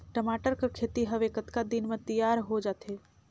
टमाटर कर खेती हवे कतका दिन म तियार हो जाथे?